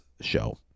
show